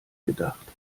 gedacht